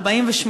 48,